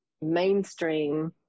mainstream